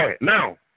Now